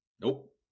Nope